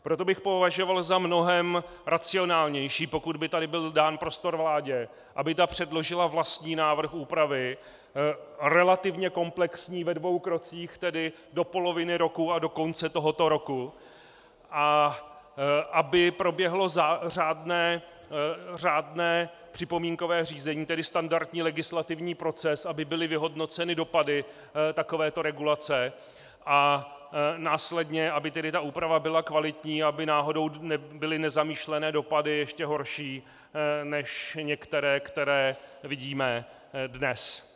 Proto bych považoval za mnohem racionálnější, pokud by tady byl dán prostor vládě, aby ta předložila vlastní návrh úpravy, relativně komplexní, ve dvou krocích, tedy do poloviny roku a do konce tohoto roku, a aby proběhlo řádné připomínkové řízení, tedy standardní legislativní proces, aby byly vyhodnoceny dopady takovéto regulace a následně aby ta úprava byla kvalitní, aby náhodou nebyly nezamýšlené dopady ještě horší než některé, které vidíme dnes.